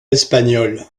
espagnol